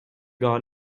gar